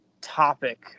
topic